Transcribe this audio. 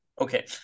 Okay